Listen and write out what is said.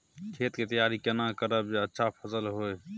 खेत के तैयारी केना करब जे अच्छा फसल होय?